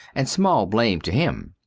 and small blame to him.